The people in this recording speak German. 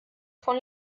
von